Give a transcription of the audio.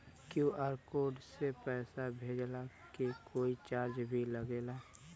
QR से पैसा भेजला के कोई चार्ज भी लागेला?